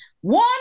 One